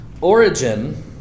Origin